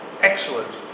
Excellent